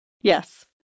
Yes